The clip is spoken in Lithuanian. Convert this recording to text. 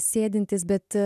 sėdintis bet